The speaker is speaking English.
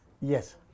Yes